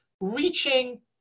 reaching